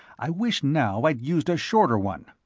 i wished now i'd used a shorter one.